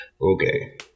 Okay